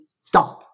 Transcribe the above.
stop